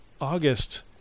August